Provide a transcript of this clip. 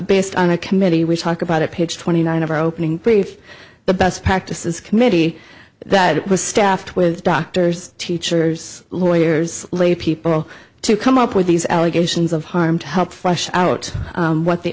based on a committee which talk about it page twenty nine of our opening brief the best practices committee that it was staffed with doctors teachers lawyers lay people to come up with these allegations of harm to help flush out what the